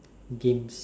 games